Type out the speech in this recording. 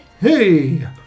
Hey